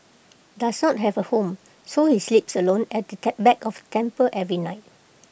does not have A home so he sleeps alone at the back of the temple every night